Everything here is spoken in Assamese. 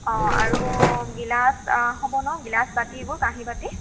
অঁ আৰু গিলাচ হ'ব ন গিলাচ বাতি এইবোৰ কাঁহী বাতি